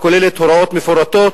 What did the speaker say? הכוללת הוראות מפורטות,